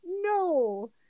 no